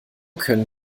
können